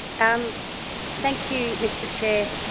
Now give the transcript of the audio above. and thank you mr chair.